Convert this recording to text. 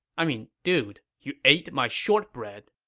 i mean, dude, you ate my shortbread